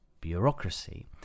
bureaucracy